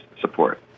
support